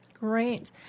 Great